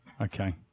okay